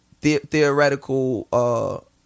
theoretical